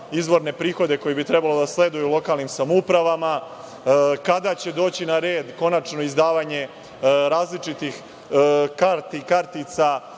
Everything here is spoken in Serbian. izvorne prihode koji bi trebalo da sleduju lokalnim samoupravama, kada će doći na red konačno izdavanje različitih karti i kartica,